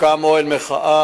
הוקם אוהל מחאה,